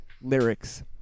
lyrics